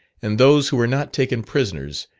and those who were not taken prisoners,